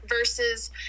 versus